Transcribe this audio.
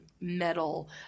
metal